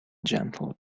gentle